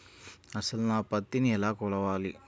అసలు నా పత్తిని ఎలా కొలవాలి?